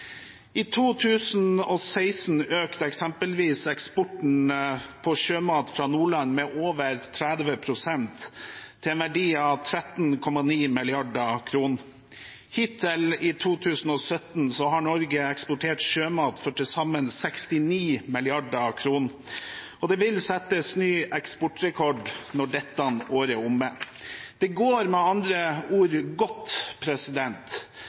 I 2016 økte eksempelvis eksporten av sjømat fra Nordland med over 30 pst., til en verdi av 13,9 mrd. kr. Hittil i 2017 har Norge eksportert sjømat for til sammen 69 mrd. kr, og det vil settes ny eksportrekord når dette året er omme. Det går med andre ord godt